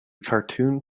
cartoon